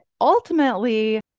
ultimately